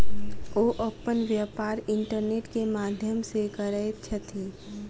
ओ अपन व्यापार इंटरनेट के माध्यम से करैत छथि